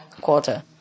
quarter